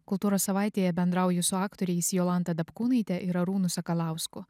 kultūros savaitėje bendrauju su aktoriais jolanta dapkūnaite ir arūnu sakalausku